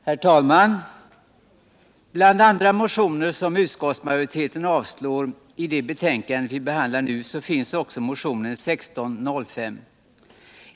Herr talman! Bland andra motioner som utskottsmajoriteten avstyrker i det betänkande vi behandlar nu finns också motionen 1605.